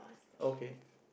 okay